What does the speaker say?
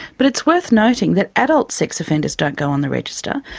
but it's worth noting that adult sex offenders don't go on the register.